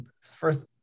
first